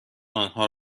آنها